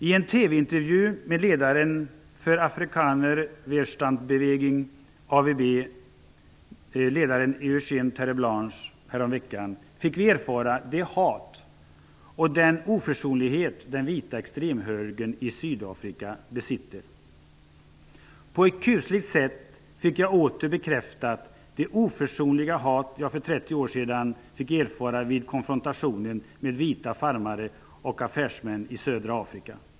I en TV-intervju häromveckan med ledaren för Blanche fick vi erfara det hat och den oförsonlighet den vita extremhögern i Sydafrika besitter. På ett kusligt sätt fick jag åter bekräftat det oförsonliga hat som jag för 30 år sedan fick erfara vid konfrontationen med vita farmare och affärsmän i södra Afrika.